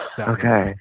Okay